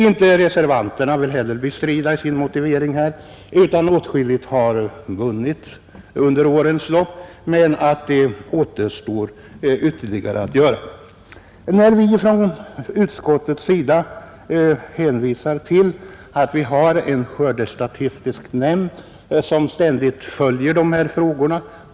Inte heller reservanterna vill dock bestrida att åtskilliga förbättringar har genomförts under årens lopp, men de anser att det återstår ytterligare en del att göra. Inom utskottsmajoriteten hänvisar vi till att skördestatistiska nämnden har i uppdrag att ständigt följa dessa frågor.